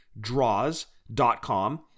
draws.com